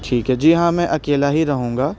ٹھیک ہے جی ہاں میں اکیلا ہی رہوں گا